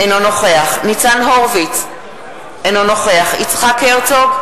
אינו נוכח ניצן הורוביץ, בעד יצחק הרצוג,